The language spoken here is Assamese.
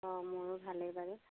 অঁ মোৰো ভালেই বাৰু